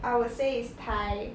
I would say it's thai